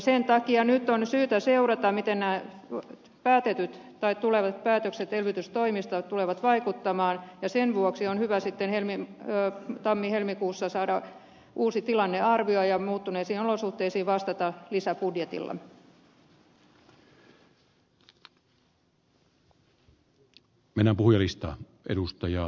sen takia nyt on syytä seurata miten nämä tulevat päätökset elvytystoimista tulevat vaikuttamaan ja sen vuoksi on hyvä sitten tammihelmikuussa saada uusi tilannearvio ja muuttuneisiin olosuhteisiin vastata lisäbudjetilla